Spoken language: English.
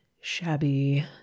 shabby